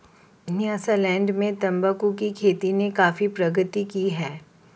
Nyasaland में तंबाकू की खेती ने काफी प्रगति की है